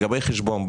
לגבי חשבון בנק,